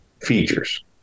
Features